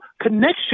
connection